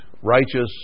righteous